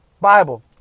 Bible